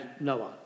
Noah